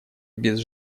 без